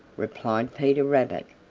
replied peter rabbit.